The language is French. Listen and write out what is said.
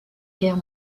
guerre